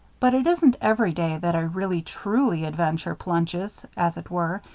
but it isn't every day that a really, truly adventure plunges, as it were,